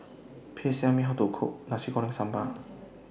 Please Tell Me How to Cook Nasi Goreng Sambal